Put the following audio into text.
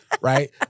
Right